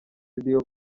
radio